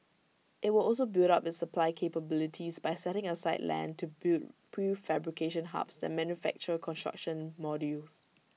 IT will also build up its supply capabilities by setting aside land to build prefabrication hubs that manufacture construction modules